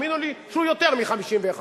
תאמינו לי שהוא יותר מ-51%.